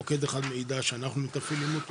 כאשר מוקד אחד הוא מידע שאנחנו מתפעלים אותו